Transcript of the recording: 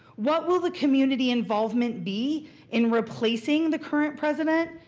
what will the community involvement be in replacing the current president?